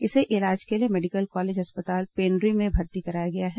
इसे इलाज के लिए मेडिकल कॉलेज अस्पताल पेण्ड्री में भर्ती कराया गया है